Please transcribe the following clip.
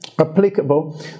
applicable